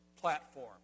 platform